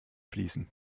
fließen